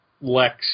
Lex